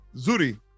Zuri